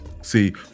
See